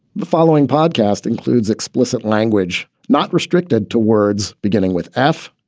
the following podcast includes explicit language not restricted to words, beginning with f,